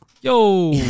yo